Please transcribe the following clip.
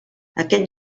aquest